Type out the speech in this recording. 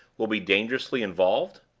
will be dangerously involved?